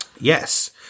Yes